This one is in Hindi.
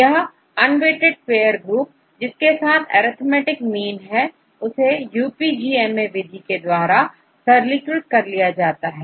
यह अनवेटेड पेअर ग्रुप जिसके साथ अरिथमैटिक मीन है इसे UPGMA विधि के द्वारा सरलीकृत कर लिया जाता है